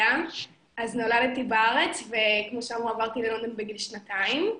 נולדתי בארץ וכמו שנאמר עברתי ללונדון בגיל שנתיים.